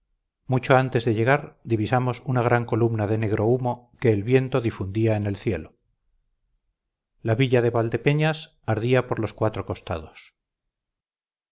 mucho antes de llegar divisamos una gran columna de negro humo que el viento difundía en el cielo la villa de valdepeñas ardía por los cuatro costados